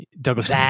Douglas